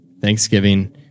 thanksgiving